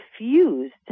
refused